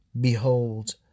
Behold